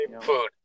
Food